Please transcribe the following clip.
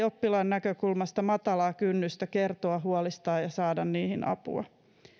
oppilaan näkökulmasta matalaa kynnystä kertoa huolistaan ja saada niihin apua